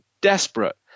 desperate